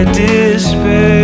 despair